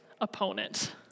opponent